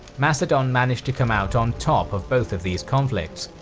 macedon managed to come out on top of both of these conflicts,